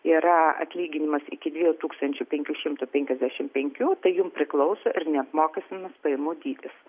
yra atlyginimas iki dviejų tūkstančių penkių šimtų penkiasdešim penkių tai jum priklauso ir neapmokestinamas pajamų dydis